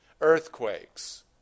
earthquakes